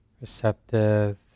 receptive